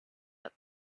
had